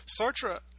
Sartre